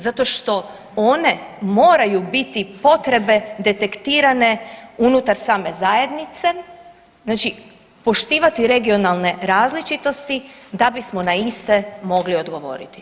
Zato što one moraju biti potrebe detektirane unutar same zajednice, znači poštivati regionalne različitosti da bismo na iste mogli odgovoriti.